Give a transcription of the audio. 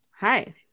hi